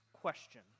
question